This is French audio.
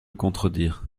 contredire